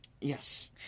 Yes